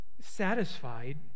satisfied